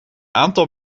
aantal